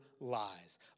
lies